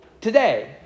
today